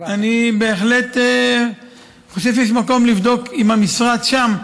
אני בהחלט חושב שיש מקום לבדוק עם המשרד שם,